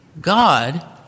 God